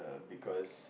because